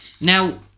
now